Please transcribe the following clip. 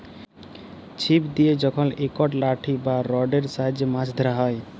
ছিপ দিয়ে যখল একট লাঠি বা রডের সাহায্যে মাছ ধ্যরা হ্যয়